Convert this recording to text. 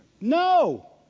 No